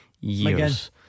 years